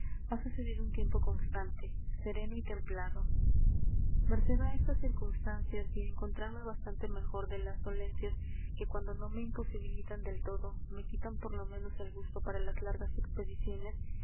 ha sucedido un tiempo constante sereno y templado merced á estas circunstancias y á encontrarme bastante mejor de las dolencias que cuando no me imposibilitan del todo me quitan por lo menos el gusto para las largas expediciones